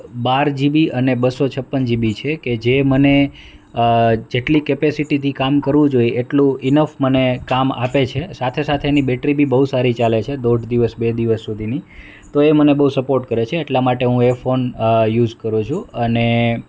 બાર GB અને બસો છપ્પન જીબી છે કે જે મને જેટલી કેપેસિટીથી કામ કરવું જોઈએ એટલુ ઈનફ મને કામ આપે છે સાથે સાથે એની બેટરી બી બહુ સારી ચાલે છે ડોડ દિવસ બે દિવસ સુધીની તો એ મને બહુ સપોર્ટ કરે છે એટલા માટે હું એ ફોન યુઝ કરું છું અને